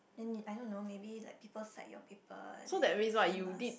then need I don't know maybe like people cite your paper then you say must